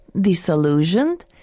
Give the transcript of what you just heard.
disillusioned